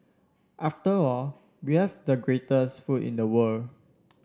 after all we have the greatest food in the world